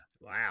wow